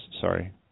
sorry